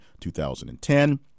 2010